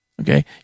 okay